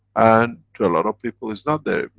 and to a lot of people is not there.